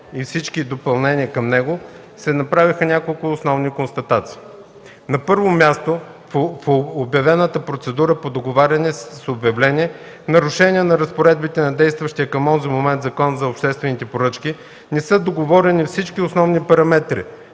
и всички допълнения към него, се направиха няколко основни констатации. На първо място, в обявената процедура по договаряне с обявление, в нарушение на разпоредбите на действащия към онзи момент Закон за обществените поръчки, не са договорени всички основни параметри